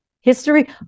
history